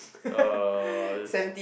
uh it's